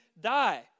die